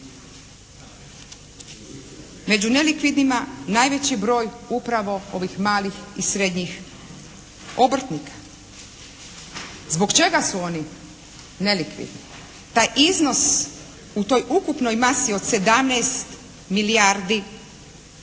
među nelikvidnima najveći broj upravo ovih malih i srednjih obrtnika. Zbog čega su oni nelikvidni? Taj iznos u toj ukupnoj masi od 17 milijardi